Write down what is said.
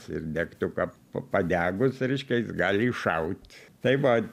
ir degtuką padegus reiškia jis gali iššaut tai va